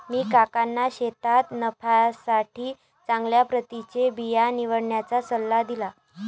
मी काकांना शेतीत नफ्यासाठी चांगल्या प्रतीचे बिया निवडण्याचा सल्ला दिला